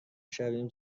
شویم